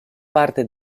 parte